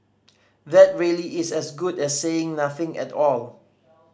that really is as good as saying nothing at all